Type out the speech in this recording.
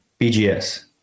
BGS